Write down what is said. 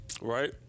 Right